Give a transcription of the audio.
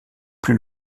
plus